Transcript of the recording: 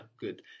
Good